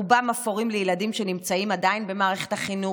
רובם אף הורים לילדים שנמצאים עדיין במערכת החינוך,